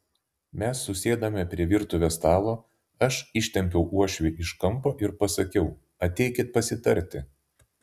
mes susėdome prie virtuvės stalo aš ištempiau uošvį iš kampo ir pasakiau ateikit pasitarti